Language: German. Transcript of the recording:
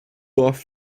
oft